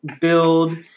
build